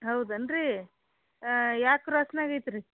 ಹೌದೇನ್ ರೀ ಯಾವ್ ಕ್ರಾಸ್ನಾಗ ಐತೆ ರೀ